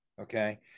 okay